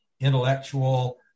intellectual